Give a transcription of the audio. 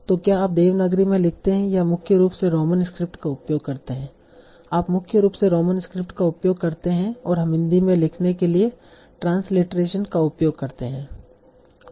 तो क्या आप देवनागरी में लिखते हैं या आप मुख्य रूप से रोमन स्क्रिप्ट का उपयोग करते हैं आप मुख्य रूप से रोमन स्क्रिप्ट का उपयोग करते हैं और हम हिंदी में लिखने के लिए ट्रांसलिटरेशन का उपयोग करते हैं